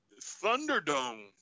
Thunderdome